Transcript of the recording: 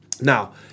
Now